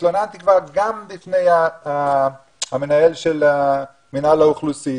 התלוננתי כבר גם לפני המנהל של מינהל האוכלוסין